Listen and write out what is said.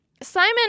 Simon